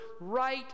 right